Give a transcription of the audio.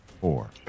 four